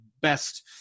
best